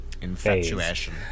Infatuation